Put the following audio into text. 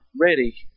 ready